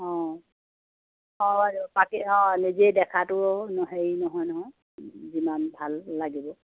অঁ হয় বাকী অঁ নিজেই দেখাটো হেৰি নহয় নহয় যিমান ভাল লাগিব